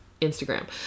instagram